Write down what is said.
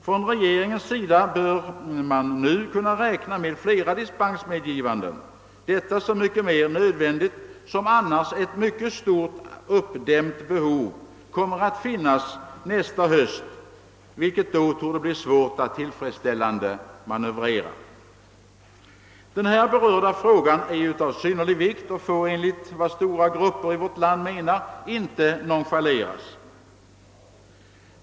Från regeringens sida bör man nu kunna räkna med flera dispensmedgivanden — detta så mycket mer nödvändigt som annars ett mycket stort uppdämt behov kommer att finnas nästa höst, vilket då torde bli svårt att tillfredsställande manövrera, Den här berörda frågan är av synnerlig vikt och får enligt vad stora grupper i vårt land menar inte nonchaleras.